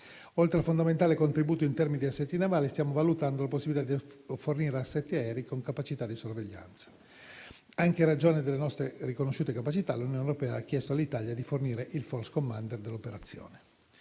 Oltre al fondamentale contributo in termini di assetti navali, stiamo valutando la possibilità di fornire assetti aerei con capacità di sorveglianza. Anche in ragione delle nostre riconosciute capacità, l'Unione europea ha chiesto all'Italia di fornire il Force commander dell'operazione.